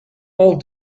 all